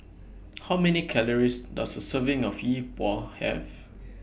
How Many Calories Does A Serving of Yi Bua Have